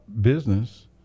business